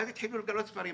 ואז התחילו לגלות ספרים.